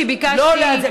אני חושבת שביקשתי,